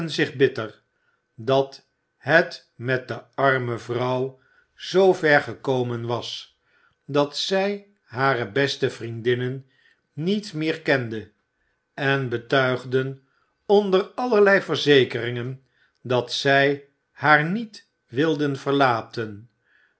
zich bitter dat het met de arme vrouw zoover gekomen was i dat zij hare beste vriendinnen niet meer kende en betuigden onder allerlei verzekeringen dat zij haar niet wilden verlaten